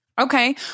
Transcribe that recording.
Okay